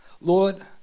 Lord